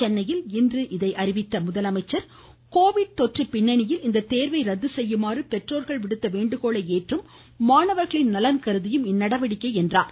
சென்னையில் இன்று இதை அறிவித்த அவர் கோவிட் தொற்று பின்னனியில் இந்த தேர்வை ரத்து செய்யுமாறு பெற்றோர்கள் விடுத்த வேண்டுகோளை ஏற்றும் மாணவர்களின் நலன் கருதியும் இந்நடவடிக்கை என்றார்